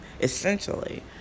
essentially